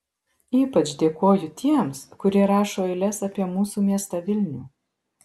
ypač dėkoju tiems kurie rašo eiles apie mūsų miestą vilnių